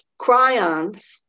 cryons